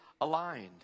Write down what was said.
aligned